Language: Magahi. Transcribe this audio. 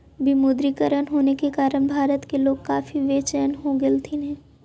विमुद्रीकरण होने के कारण भारत के लोग काफी बेचेन हो गेलथिन हल